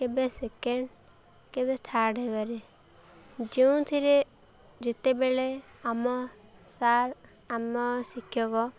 କେବେ ସେକେଣ୍ଡ୍ କେବେ ଥାର୍ଡ଼ ହେବାରେ ଯେଉଁଥିରେ ଯେତେବେଳେ ଆମ ସାର୍ ଆମ ଶିକ୍ଷକ